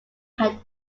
had